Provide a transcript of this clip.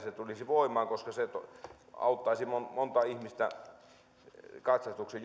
se tulee voimaan mahdollisimman nopeasti koska se auttaisi montaa montaa ihmistä katsastuksen